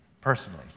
personally